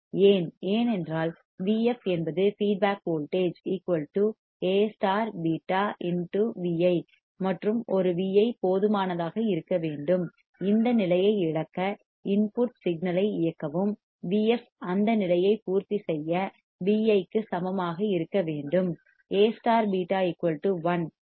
ஏன் ஏனென்றால் Vf என்பது ஃபீட்பேக் வோல்டேஜ் A β Vi மற்றும் ஒரு Vi போதுமானதாக இருக்க வேண்டும் இந்த நிலையை இழக்க இன்புட் சிக்னல் ஐ இயக்கவும் VF அந்த நிலையை பூர்த்தி செய்ய Vi க்கு சமமாக இருக்க வேண்டும் A β 1